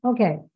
Okay